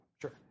sure